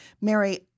Mary